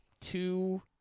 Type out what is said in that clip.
two